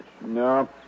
No